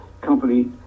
company